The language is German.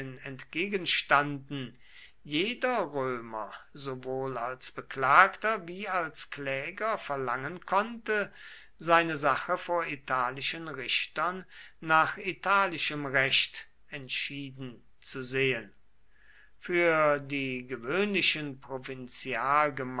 entgegenstanden jeder römer sowohl als beklagter wie als kläger verlangen konnte seine sache vor italischen richtern nach italischem recht entschieden zu sehen für die gewöhnlichen